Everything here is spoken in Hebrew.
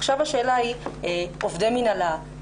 עכשיו השאלה היא: עובדי מנהלה,